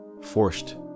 forced